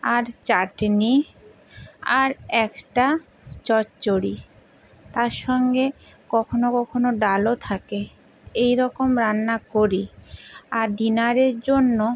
আর চাটনি আর একটা চচ্চড়ি তার সঙ্গে কখনও কখনও ডালও থাকে এই রকম রান্না করি আর ডিনারের জন্য